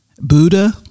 Buddha